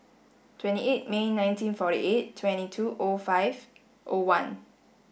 twenty eight May nineteen forty eight twenty two O five O one